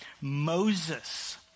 Moses